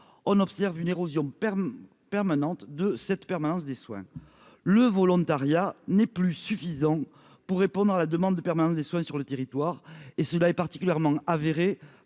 on observe une érosion permanente de cette permanence des soins, le volontariat n'est plus suffisant pour répondre à la demande de permanence des soins sur le territoire et cela est particulièrement avéré